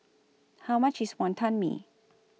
How much IS Wonton Mee